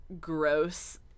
gross